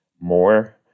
more